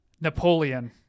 Napoleon